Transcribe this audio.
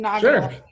Sure